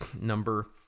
number